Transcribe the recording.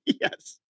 Yes